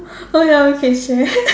oh ya we can share